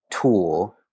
tool